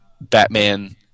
Batman